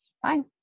fine